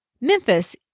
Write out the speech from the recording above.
Memphis